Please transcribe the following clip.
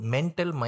Mental